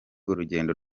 urugendo